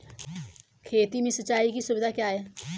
खेती में सिंचाई की सुविधा क्या है?